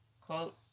quote